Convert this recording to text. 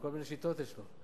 כל מיני שיטות יש לו.